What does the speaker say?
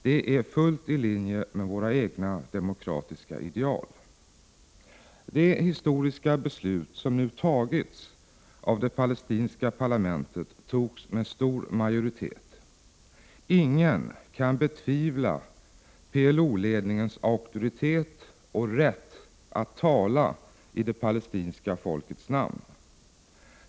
Det är helt i linje med våra egna demokratiska ideal. De historiska beslut som nu fattats av det palestinska parlamentet fattades med stor majoritet. Ingen kan betvivla PLO-ledningens auktoritet och rätt att tala i det palestinska folkets namn.